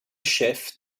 chefs